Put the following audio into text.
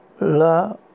la